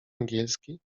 angielski